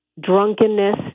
drunkenness